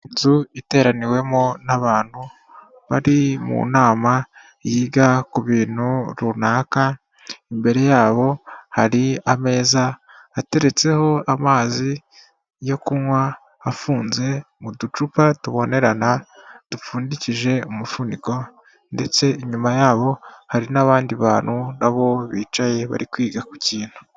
Inzu iteraniwemo n'abantu bari mu nama yiga ku bintu runaka, imbere yabo hari ameza ateretseho amazi yo kunywa afunze mu ducupa tubonerana dupfundikihe umufuniko ndetse inyuma yabo hari n'abandi bantu nabo bicaye bari kwiga ku kintu.